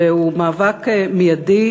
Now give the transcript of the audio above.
והוא מאבק מיידי,